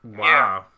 wow